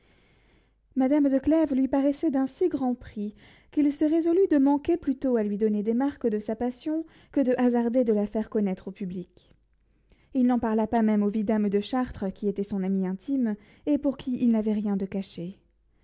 madame de clèves lui paraissait d'un si grand prix qu'il se résolut de manquer plutôt à lui donner des marques de sa passion que de hasarder de la faire connaître au public il n'en parla pas même au vidame de chartres qui était son ami intime et pour qui il n'avait rien de caché